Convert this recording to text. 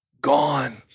gone